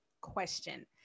question